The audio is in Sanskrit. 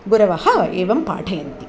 गुरवः एवं पाठयन्ति